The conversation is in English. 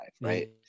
right